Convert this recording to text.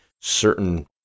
certain